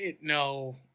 No